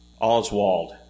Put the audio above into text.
Oswald